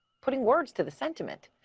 putting words to the sentiment.